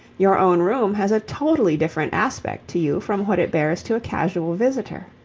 your own room has a totally different aspect to you from what it bears to a casual visitor.